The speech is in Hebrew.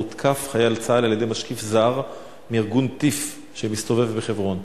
הותקף חייל צה"ל על-ידי משקיף זר מארגון TIPH שמסתובב בחברון.